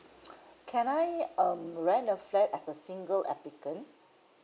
can I um rent a flat as a single applicant